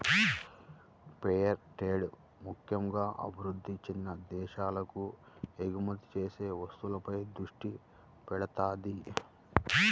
fair trade ముక్కెంగా అభివృద్ధి చెందిన దేశాలకు ఎగుమతి చేసే వస్తువులపై దృష్టి పెడతది